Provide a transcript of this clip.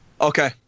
okay